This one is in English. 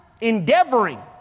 endeavoring